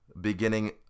beginning